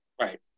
right